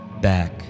back